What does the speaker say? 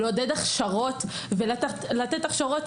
לעודד הכשרות ולתת הכשרות,